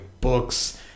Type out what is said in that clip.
books